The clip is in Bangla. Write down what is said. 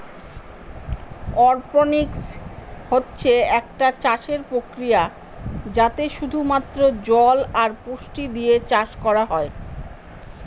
অরপনিক্স হচ্ছে একটা চাষের প্রক্রিয়া যাতে শুধু মাত্র জল আর পুষ্টি দিয়ে চাষ করা হয়